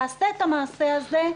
תעשה את המעשה הזה.